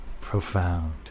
profound